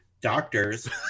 doctors